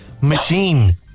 Machine